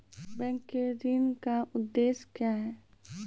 Bank के ऋण का उद्देश्य क्या हैं?